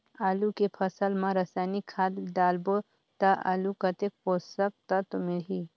आलू के फसल मा रसायनिक खाद डालबो ता आलू कतेक पोषक तत्व मिलही?